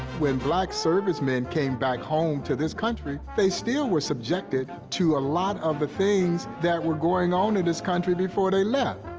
when black servicemen came back home to this country, they still were subjected to a lot of the things that were going on in this country before they left.